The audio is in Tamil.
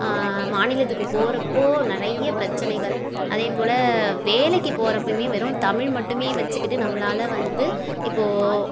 மாநிலத்துக்கு போகறப்போ நிறைய பிரச்சனைகள் அதேப்போல் வேலைக்கு போகறப்பையுமே வெறும் தமிழ் மட்டுமே வச்சுக்கிட்டு நம்மளால் வந்து இப்போ